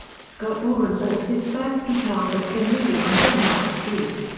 scott gorham bought his first guitar with thin lizzy on denmark street.